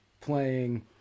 playing